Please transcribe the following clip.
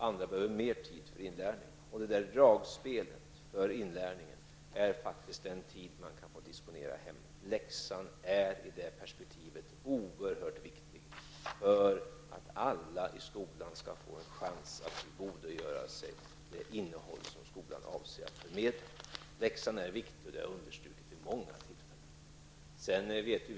Andra behöver mer tid för inlärning, och detta dragspel för inlärning medför att en del barn får disponera tid för detta i hemmet. I det perspektivet är läxan oerhört viktig för att alla i skolan skall få en chans att tillgodogöra sig det innehåll som skolan avser att förmedla. Jag har vid många tillfällen understrukit att läxan är viktig.